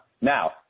Now